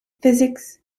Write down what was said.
physics